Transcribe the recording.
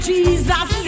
Jesus